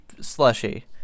slushy